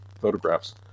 photographs